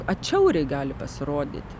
atšiauriai gali pasirodyti